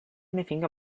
anything